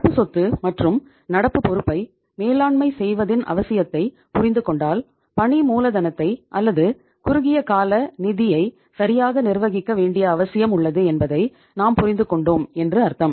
நடப்பு சொத்து மற்றும் நடப்பு பொறுப்பை மேலாண்மை செய்வதின் அவசியத்தை புரிந்துகொண்டால் பணி மூலதனத்தை அல்லது குறுகிய கால நிதியை சரியாக நிர்வகிக்க வேண்டிய அவசியம் உள்ளது என்பதை நாம் புரிந்துகொண்டோம் என்று அர்த்தம்